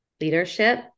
leadership